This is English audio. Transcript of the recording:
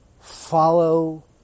follow